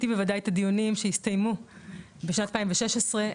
וודאי את הדיונים שהסתיימו בשנת 2016,